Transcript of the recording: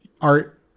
Art